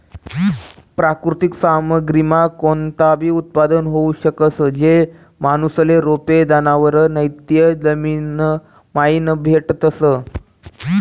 प्राकृतिक सामग्रीमा कोणताबी उत्पादन होऊ शकस, जे माणूसले रोपे, जनावरं नैते जमीनमाईन भेटतस